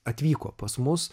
atvyko pas mus